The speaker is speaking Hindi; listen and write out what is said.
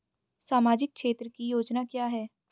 सामाजिक क्षेत्र की योजना क्या है?